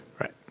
Right